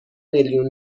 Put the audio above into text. میلیون